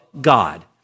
God